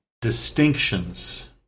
distinctions